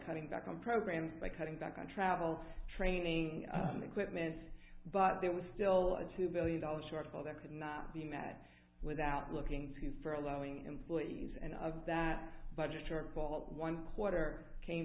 cutting back on programs by cutting back on travel training and equipment but there was still a two billion dollars shortfall that could not be met without looking to for allowing employees and of that budget shortfall one porter came